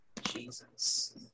Jesus